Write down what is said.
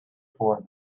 for